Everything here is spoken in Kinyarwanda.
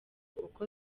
uko